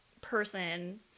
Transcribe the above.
person